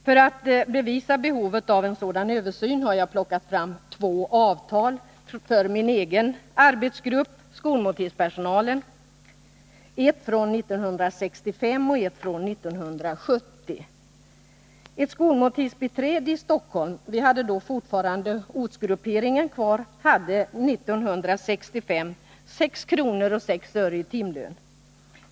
För att bevisa behovet av en sådan översyn har jag plockat fram två avtal för min egen arbetsgrupp, skolmåltidspersonalen — ett från 1965 och ett från 1970. Ett skolmåltidsbiträde i Stockholm hade år 1965 — vi hade då fortfarande ortsgrupperingen kvar — 6:06 kr. i timlön.